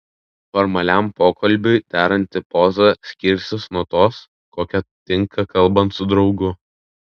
formaliam pokalbiui deranti poza skirsis nuo tos kokia tinka kalbant su draugu